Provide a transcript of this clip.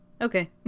Okay